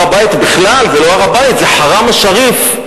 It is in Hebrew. הר-הבית, זה בכלל לא הר-הבית, זה חרם א-שריף.